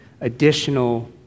additional